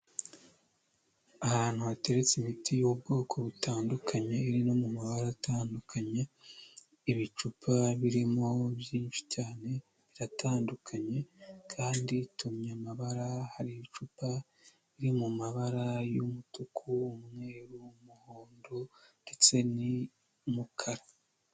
Ahantu hateretse imiti y'ubwoko butandukanye iri no mu mabara atandukanye. Ibicupa birimo byinshi cyane biratandukanye kandi tumye amabara hari icupa riri mu mabara y'umutuku, umweru, wumuhondo ndetse n'umukara.